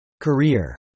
Career